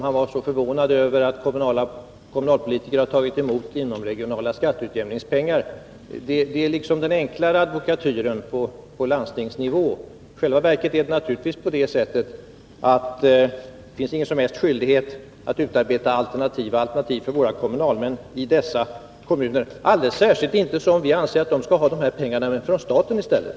Han var förvånad över att kommunalpolitiker har tagit emot inomregionala skatteutjämningspengar. Detta hör liksom till den enklare advokatyren på landstingsnivå. I själva verket är det naturligtvis på det sättet att det inte finns någon som helst skyldighet att utarbeta ”alternativa alternativ” för våra kommunalmän i dessa kommuner — särskilt som vi anser att de skall ha dessa pengar från staten i stället.